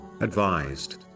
advised